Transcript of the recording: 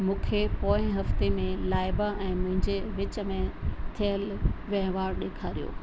मूंखे पोएं हफ़्ते में लाइबा ऐं मुंहिंजे विच में थियलु वहिंवार ॾेखारियो